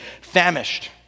famished